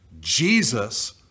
Jesus